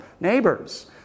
neighbors